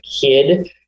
kid